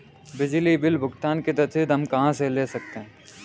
बिजली बिल भुगतान की रसीद हम कहां से ले सकते हैं?